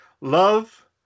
Love